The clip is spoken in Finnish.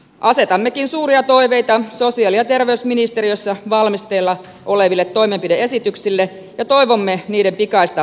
asetammekin suuria toiveita sosiaali ja terveysministeriössä valmisteilla oleville toimenpide esityksille ja toivomme niiden pikaista valmistumista